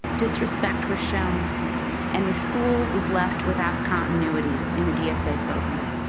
disrespect was shown and the school was left without continuity in the dsa program.